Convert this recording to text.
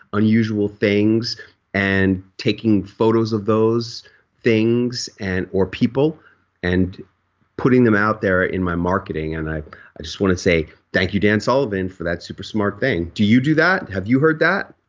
unusual things and taking photos of those things and or people and putting them out there in my marketing. and i i just want to say thank you dan sullivan for that super smart thing. do you do that? have you heard that?